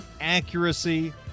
accuracy